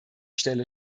stelle